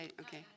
okay